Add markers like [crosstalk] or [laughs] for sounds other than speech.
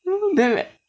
[laughs] then they